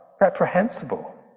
reprehensible